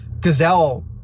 gazelle